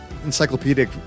encyclopedic